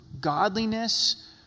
Godliness